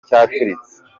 cyaturitse